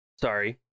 Sorry